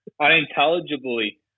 Unintelligibly